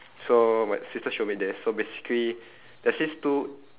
so my sister showed me this so basically there's this two